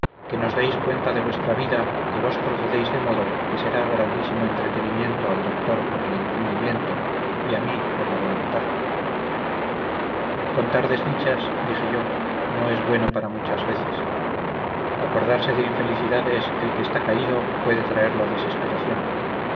que nos deis cuenta de vuestra vida que vos procedéis de modo que sera grandísimo entretenimiento al doctor por el entendimiento y a mí por la voluntad contar desdichas dije yo no es bueno para muchas veces acordarse de infelicidades el que está caído puede traerlo a desesperación